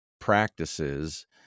practices